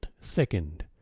second